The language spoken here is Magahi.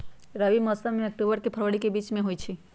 रबी मौसम अक्टूबर से फ़रवरी के बीच में होई छई